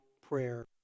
prayer